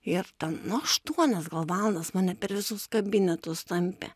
ir ten aštuonias gal valandas mane per visus kabinetus tampė